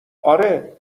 آره